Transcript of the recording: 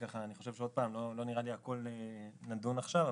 ואני לא חושב שעל הכל נדון עכשיו,